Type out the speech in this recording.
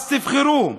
אז תבחרו: